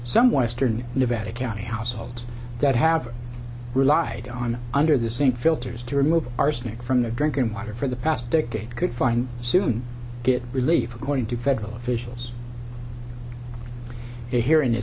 some western nevada county households that have relied on under the sink filters to remove arsenic from the drinking water for the past decade could find soon get relief according to federal officials he